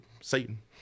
satan